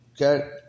Okay